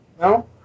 No